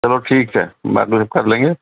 چلو ٹھیک ہے بعد میں کر لیں گے